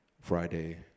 friday